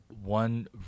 one